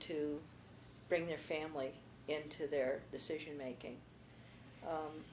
to bring their family into their decision making